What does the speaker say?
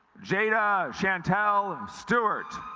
jada chantel stewart